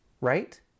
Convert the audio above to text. right